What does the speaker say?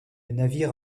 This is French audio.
navire